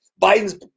Biden's